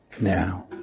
now